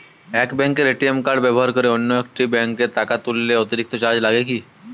এক ব্যাঙ্কের ATM card ব্যবহার করে অন্য ব্যঙ্কে টাকা তুললে অতিরিক্ত চার্জ লাগে কি?